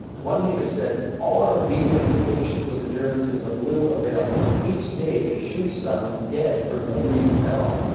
one native said all our obedience and patience with the germans is of little avail, for each day they shoot someone dead for no reason at all.